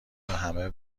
همه